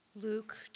Luke